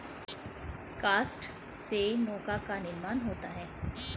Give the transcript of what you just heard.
काष्ठ से नौका का निर्माण होता है